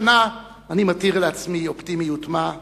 השנה אני מתיר לעצמי אופטימיות מה,